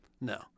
No